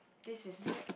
this is